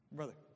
Brother